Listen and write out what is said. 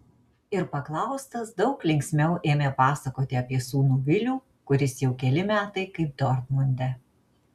ir paklaustas daug linksmiau ėmė pasakoti apie sūnų vilių kuris jau keli metai kaip dortmunde